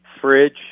fridge